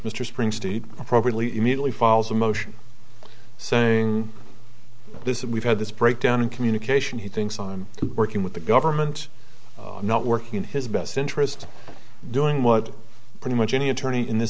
mr springsteen probably immediately files a motion saying this and we've had this breakdown in communication he thinks i'm working with the government not working in his best interest doing what pretty much any attorney in this